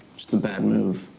just a bad move.